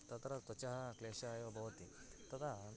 तत्र त्वचः क्लेशाय एव भवति तदा